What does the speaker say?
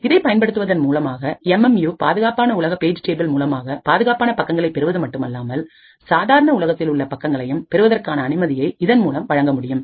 இதை பயன்படுத்துவதன் மூலமாக எம் எம் யூ பாதுகாப்பான உலக பேஜ் டேபிள் மூலமாக பாதுகாப்பான பக்கங்களை பெறுவது மட்டுமல்லாமல் சாதாரண உலகத்தில் உள்ள பக்கங்களையும் பெறுவதற்கான அனுமதியை இதன் மூலம் வழங்க முடியும்